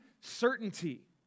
certainty